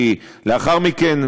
כי לאחר מכן,